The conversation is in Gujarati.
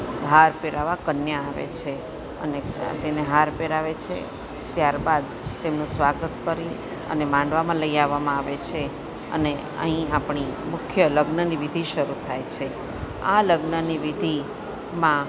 હાર પહેરાવા કન્યા આવે છે અને તેને હાર પહેરાવે છે ત્યારબાદ તેમનું સ્વાગત કરી અને માંડવામાં લઈ આવવામાં આવે છે અને અહીં આપણી મુખ્ય લગ્નની વિધિ શરૂ થાય છે આ લગ્નની વિધિમાં